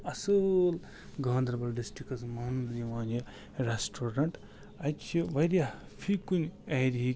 اصٕل گاندَربَل ڈِسٹِرٛکَس مَنٛز یِوان یہِ ریٚسٹورنٛٹ اَتہِ چھِ واریاہ فی کُنہ ایریِا ہٕکۍ